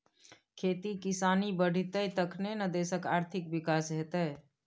खेती किसानी बढ़ितै तखने न देशक आर्थिक विकास हेतेय